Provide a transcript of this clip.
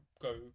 go